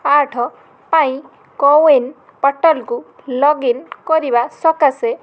ଆଠ ପାଇଁ କୋୱିନ୍ ପୋର୍ଟାଲକୁ ଲଗ୍ଇନ୍ କରିବା ସକାଶେ